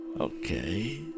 Okay